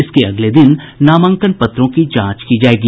इसके अगले दिन नामांकन पत्रों की जांच होगी